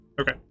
Okay